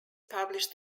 published